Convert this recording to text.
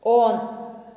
on